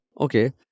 okay